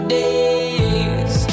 days